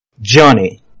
Johnny